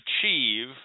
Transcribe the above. achieve